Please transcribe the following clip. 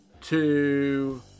two